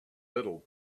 little